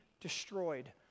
destroyed